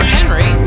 Henry